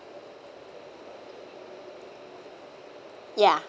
ya